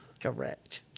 Correct